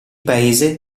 paese